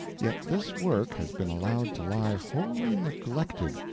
yet this work has been allowed to lie wholly neglected,